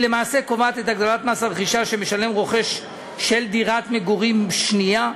היא למעשה קובעת את הגדלת מס הרכישה שמשלם רוכש דירת מגורים שנייה.